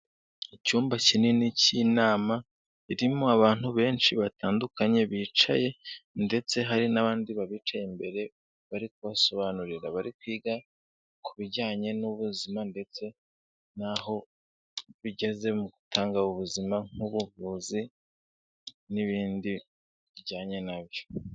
Icyumba kinini k'inama irimo abantu benshi batandukanye bicaye ndetse hari n'abandi babicaye imbere bari kubasobanurira, bari kwiga ku bijyanye n'ubuzima ndetse n'aho bigeze mu gutanga ubuzima nk'ubuvuzi n'ibindi bijyanye nabyo.